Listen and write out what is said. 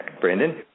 Brandon